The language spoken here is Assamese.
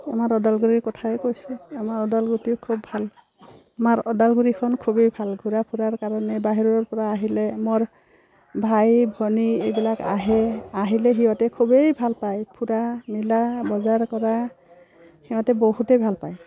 আমাৰ ওদালগুৰিৰ কথাই কৈছোঁ আমাৰ ওদালগুৰিও খুব ভাল আমাৰ ওদালগুৰিখন খুবেই ভাল ঘূৰা ফুৰাৰ কাৰণে বাহিৰৰপৰা আহিলে মোৰ ভাই ভনী এইবিলাক আহে আহিলে সিহঁতে খুবেই ভালপায় ফুৰা মেলা বজাৰ কৰা সিহঁতে বহুতেই ভালপায়